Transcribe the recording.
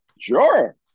Sure